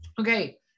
okay